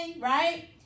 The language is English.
right